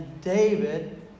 David